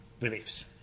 reliefs